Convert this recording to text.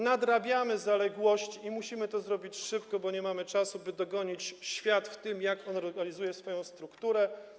Nadrabiamy zaległości i musimy to zrobić szybko, bo nie mamy czasu, by dogonić świat w tym, jak on reorganizuje swoją strukturę.